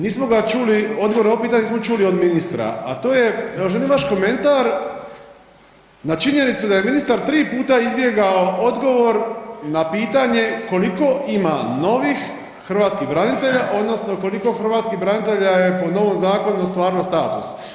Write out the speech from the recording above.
Nismo ga čuli, odgovor na ovo pitanje nismo čuli od ministra a to je, evo želim vaš komentar na činjenicu da je ministar tri puta izbjegao odgovor na pitanje koliko ima novih hrvatskih branitelja odnosno koliko hrvatskih branitelja je po novom zakonu ostvarilo status?